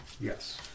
Yes